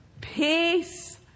Peace